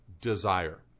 desire